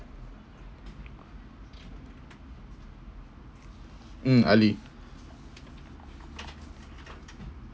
mm ali